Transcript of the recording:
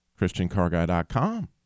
ChristianCarGuy.com